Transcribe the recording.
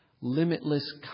limitless